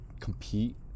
compete